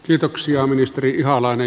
kiitoksia ministeri ihalainen